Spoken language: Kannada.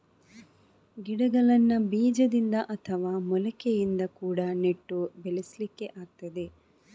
ಗಿಡಗಳನ್ನ ಬೀಜದಿಂದ ಅಥವಾ ಮೊಳಕೆಯಿಂದ ಕೂಡಾ ನೆಟ್ಟು ಬೆಳೆಸ್ಲಿಕ್ಕೆ ಆಗ್ತದೆ